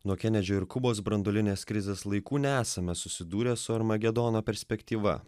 nuo kenedžio ir kubos branduolinės krizės laikų nesame susidūrę su armagedono perspektyva